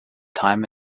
time